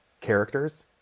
characters